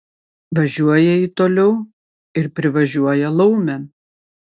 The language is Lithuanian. važiuoja ji toliau ir privažiuoja laumę